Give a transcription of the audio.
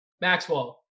Maxwell